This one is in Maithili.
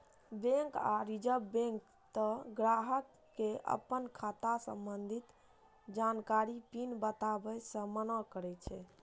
बैंक आ रिजर्व बैंक तें ग्राहक कें अपन खाता संबंधी जानकारी, पिन बताबै सं मना करै छै